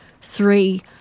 three